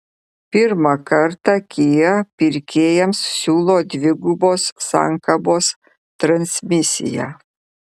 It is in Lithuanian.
pirmą kartą kia pirkėjams siūlo dvigubos sankabos transmisiją